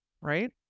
right